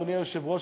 אדוני היושב-ראש,